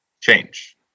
change